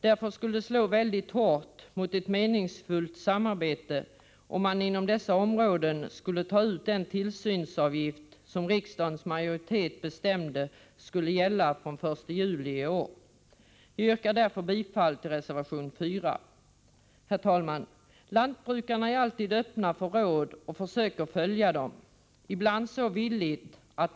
Därför skulle det slå mycket hårt mot ett m.m. meningsfullt samarbete om man inom dessa områden skulle ta ut den tillsynsavgift som riksdagens majoritet bestämt skall gälla från den 1 juli i år. Jag yrkar därför bifall till reservation 4. Herr talman! Lantbrukarna är alltid öppna för råd och försöker följa dem — ibland alltför villigt.